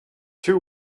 two